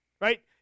right